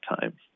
time